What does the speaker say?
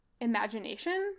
imagination